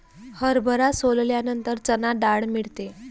हरभरा सोलल्यानंतर चणा डाळ मिळते